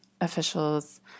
officials